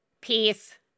peace